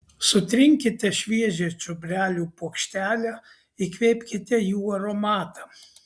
sutrinkite šviežią čiobrelių puokštelę įkvėpkite jų aromatą